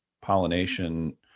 pollination